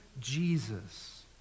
Jesus